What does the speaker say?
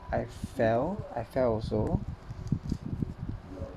I fell I fell also